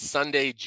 Sunday